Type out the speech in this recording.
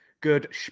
good